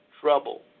trouble